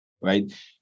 right